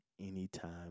anytime